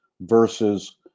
versus